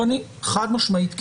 חד משמעית כן.